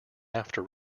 after